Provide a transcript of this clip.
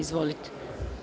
Izvolite.